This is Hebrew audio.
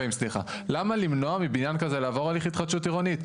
למה למנוע מבניין כזה לעבור הליך התחדשות עירונית?